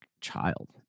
child